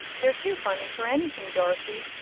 they're too funny for anything, dorothy.